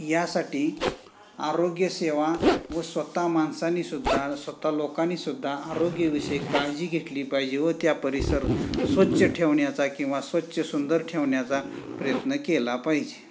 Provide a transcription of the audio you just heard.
यासाठी आरोग्यसेवा व स्वत माणसांनी सुद्धा स्वत लोकांनी सुद्धा आरोग्यविषयी काळजी घेतली पाहिजे व त्या परिसर स्वच्छ ठेवण्याचा किंवा स्वच्छ सुंदर ठेवण्याचा प्रयत्न केला पाहिजे